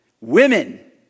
Women